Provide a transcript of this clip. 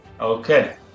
Okay